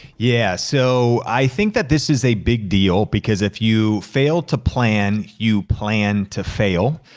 yeah, so i think that this is a big deal because if you fail to plan, you plan to fail.